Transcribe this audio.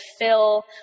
fill